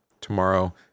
tomorrow